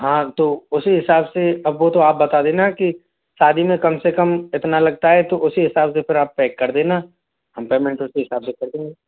हाँ तो उसी हिसाब से अब वो तो आप बता देना की शादी में कम से कम इतना लगता है तो उसी हिसाब से फिर आप पैक कर देना हम पेमेंट उसी हिसाब से कर देंगे